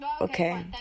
Okay